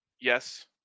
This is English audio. Yes